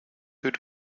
could